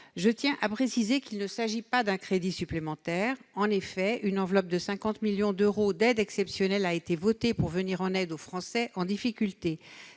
Je tiens à préciser qu'il ne s'agit pas de crédits supplémentaires. En effet, une enveloppe de 50 millions d'euros d'aide exceptionnelle a déjà été votée pour venir en aide aux Français en difficulté.